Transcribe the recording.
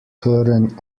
hören